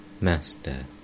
Master